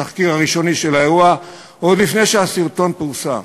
של האירוע עוד לפני שהסרטון פורסם.